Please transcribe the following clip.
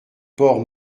port